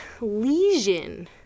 lesion